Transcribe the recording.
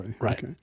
right